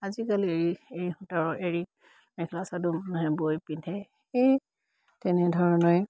আজিকালি মানুহে বৈ পিন্ধে সেই তেনেধৰণে